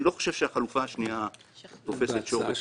איני חושב שהחלופה המוצעת תופסת שור בקרניו.